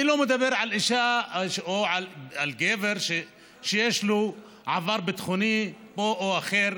אני לא מדבר על אישה או על גבר שיש להם עבר ביטחוני או אחר.